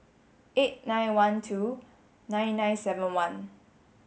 eight nine one two nine nine seven one